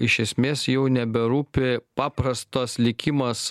iš esmės jau neberūpi paprastas likimas